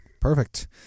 Perfect